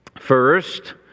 First